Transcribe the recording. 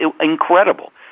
incredible